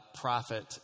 prophet